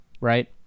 right